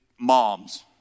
moms